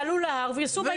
יעלו להר וייסעו הביתה.